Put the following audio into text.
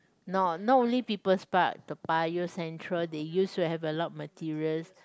no not only People's Park Toa-Payoh Central they used to have a lot materials